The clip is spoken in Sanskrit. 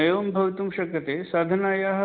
एवं भवितुं शक्यते साधनायाः